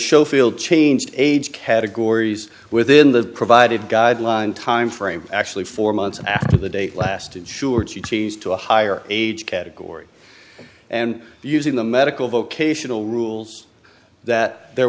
show field changed age categories within the provided guideline timeframe actually four months after the date lasted sureties to a higher age category and using the medical vocational rules that there